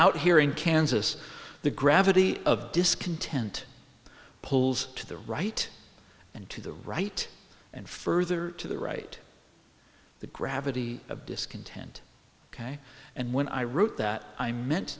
out here in kansas the gravity of discontent pulls to the right and to the right and further to the right the gravity of discontent ok and when i wrote that i meant